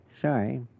Sorry